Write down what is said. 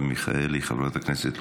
חברת הכנסת מרב מיכאלי,